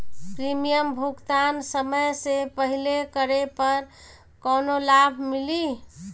Premium भुगतान समय से पहिले करे पर कौनो लाभ मिली?